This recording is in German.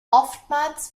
oftmals